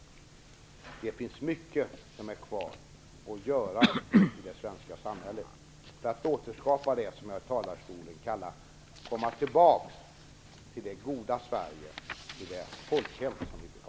Det finns mycket kvar att göra i det svenska samhället för att återskapa och komma tillbaka till det som jag i talarstolen kallade det goda Sverige. Det gäller att komma tillbaka till det goda Sverige och till det folkhem som vi vill ha.